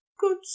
good